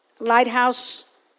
Lighthouse